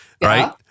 Right